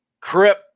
Crip